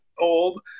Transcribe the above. old